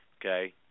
okay